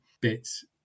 bits